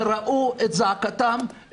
וראו את זעקתם,